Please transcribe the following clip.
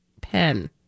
pen